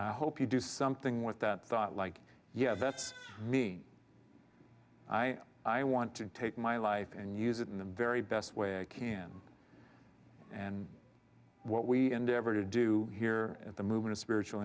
hope you do something with that thought like yeah that's me i i want to take my life and use it in the very best way i can and what we endeavor to do here at the movement a spiritual